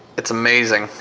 it's amazing,